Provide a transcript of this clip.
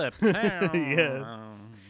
Yes